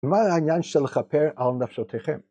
‫מה העניין של כפר על נפשותיכם?